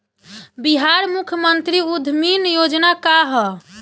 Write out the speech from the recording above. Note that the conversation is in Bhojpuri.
बिहार मुख्यमंत्री उद्यमी योजना का है?